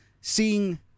seeing